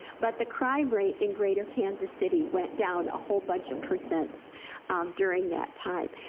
but the crime rate in greater kansas city went down a whole bunch of percents during that time,